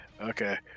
Okay